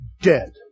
dead